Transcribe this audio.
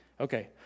okay